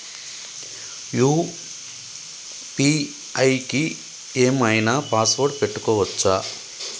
UPI కి ఏం ఐనా పాస్వర్డ్ పెట్టుకోవచ్చా?